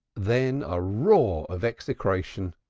then a roar of execration.